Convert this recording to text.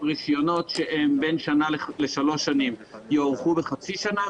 רישיונות שהם בין שנה לשלוש שנים יוארכו בחצי שנה,